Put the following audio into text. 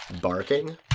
barking